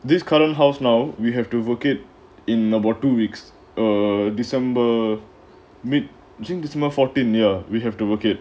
this current house now we have to book it in about two weeks or december we have to work it